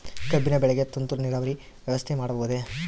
ಕಬ್ಬಿನ ಬೆಳೆಗೆ ತುಂತುರು ನೇರಾವರಿ ವ್ಯವಸ್ಥೆ ಮಾಡಬಹುದೇ?